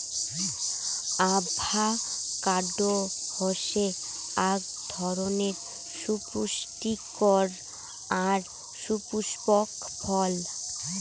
avocado হসে আক ধরণের সুপুস্টিকর আর সুপুস্পক ফল